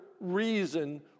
reason